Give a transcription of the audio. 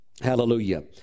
Hallelujah